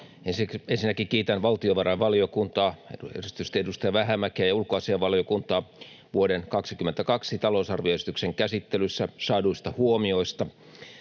Ensinnäkin kiitän valtiovarainvaliokuntaa, erityisesti edustaja Vähämäkeä, ja ulkoasiainvaliokuntaa vuoden 22 talousarvioesityksen käsittelyssä saaduista huomioista